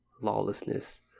lawlessness